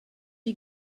you